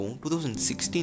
2016